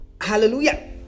Hallelujah